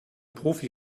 profi